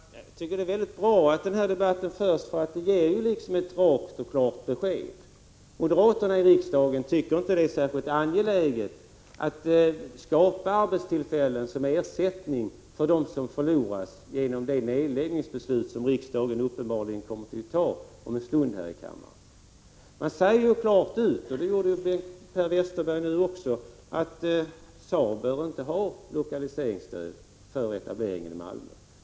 Herr talman! Jag tycker att det är mycket bra att denna debatt förs, eftersom den ger ett rakt besked: moderaterna i riksdagen tycker inte att det är särskilt angeläget att skapa arbetstillfällen som ersättning för dem som förloras genom det nedläggningsbeslut som riksdagen uppenbarligen kommer att fatta om en stund här i kammaren. Man säger klart, och det gjorde också Per Westerberg nyss, att Saab inte bör ha lokaliseringsstöd för etableringen i Malmö.